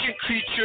creature